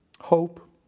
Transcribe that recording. Hope